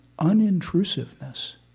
unintrusiveness